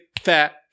fat